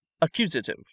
accusative